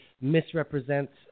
misrepresents